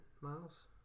miles